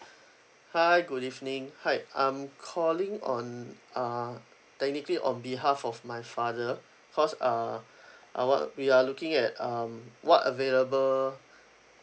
hi good evening hi I'm calling on uh technically on behalf of my father cause uh our we are looking at um what available